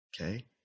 Okay